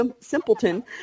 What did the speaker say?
simpleton